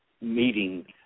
meeting